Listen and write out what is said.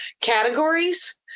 categories